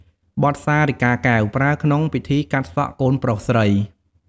បទសារិកាកែវ ប្រើក្នុងពិធីកាត់សក់កូនប្រុសស្រី។